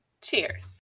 Cheers